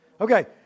Okay